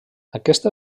aquesta